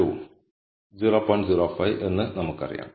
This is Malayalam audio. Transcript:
05 എന്ന് നമുക്കറിയാം